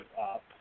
up